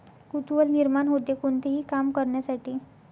कुतूहल निर्माण होते, कोणतेही काम करण्यासाठी